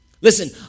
Listen